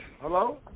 Hello